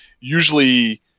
usually